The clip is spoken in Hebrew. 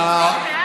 מרצ,